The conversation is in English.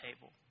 table